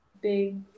big